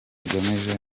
tugamije